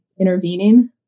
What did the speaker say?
intervening